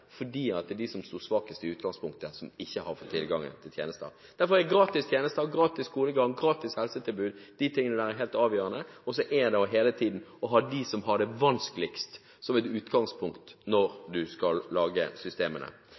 fordi de som sto svakest i utgangspunktet, har ikke fått tilgang til tjenester. Derfor er gratis tjenester – gratis skolegang, gratis helsttilbud, de tingene der – helt avgjørende og at vi hele tiden har dem som har det vanskeligst som et utgangspunkt, når man skal lage systemene.